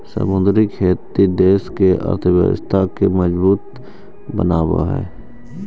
समुद्री खेती देश के अर्थव्यवस्था के मजबूत बनाब हई